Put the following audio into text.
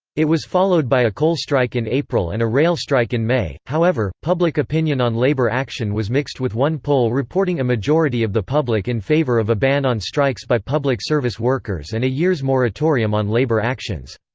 it was followed by a coal strike in april and a rail strike in may however, public opinion on labor action was mixed with one poll reporting a majority of the public in favor of a ban on strikes by public service workers and a year's moratorium on labor actions.